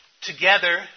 together